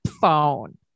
phone